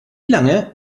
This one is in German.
lange